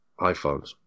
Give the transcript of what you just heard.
iPhones